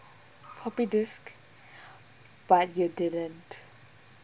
floppy disk but you didn't